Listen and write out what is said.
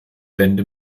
wende